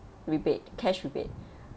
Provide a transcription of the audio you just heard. rebate cash rebate